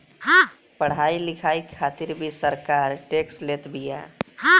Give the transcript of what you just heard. पढ़ाई लिखाई खातिर भी सरकार टेक्स लेत बिया